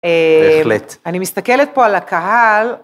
בהחלט. אני מסתכלת פה על הקהל.